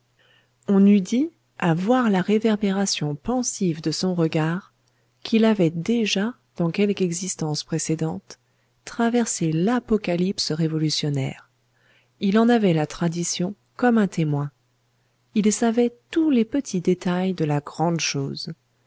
on eût dit à voir la réverbération pensive de son regard qu'il avait déjà dans quelque existence précédente traversé l'apocalypse révolutionnaire il en avait la tradition comme un témoin il savait tous les petits détails de la grande chose